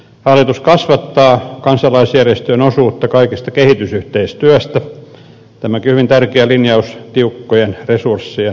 hallitus kasvattaa kansalaisjärjestöjen osuutta kaikesta kehitysyhteistyöstä tämäkin on hyvin tärkeä linjaus tiukkojen resurssien ajassa